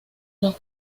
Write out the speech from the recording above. los